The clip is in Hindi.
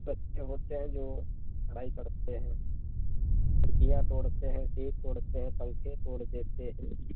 बच्चे होते हैं जो लड़ाई करते हैं खिड़कियाँ तोड़ते हैं सीट तोड़ते है पंखे तोड़ते देते हैं